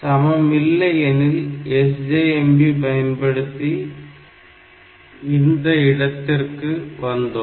சமம் இல்லை எனில் SJMP பயன்படுத்தி இந்த இடத்திற்கு வந்தோம்